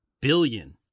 billion